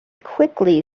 quickly